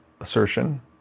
assertion